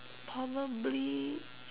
probably